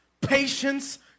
patience